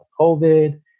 COVID